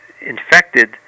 infected